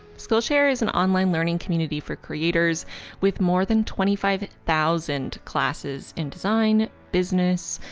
skillshare is an online learning community for creators with more than twenty five thousand classes in design, business,